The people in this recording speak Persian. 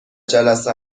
جلسه